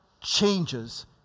changes